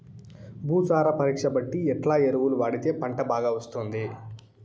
భూసార పరీక్ష బట్టి ఎట్లా ఎరువులు వాడితే పంట బాగా వస్తుంది?